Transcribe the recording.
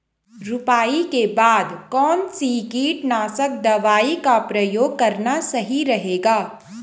रुपाई के बाद कौन सी कीटनाशक दवाई का प्रयोग करना सही रहेगा?